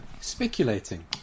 speculating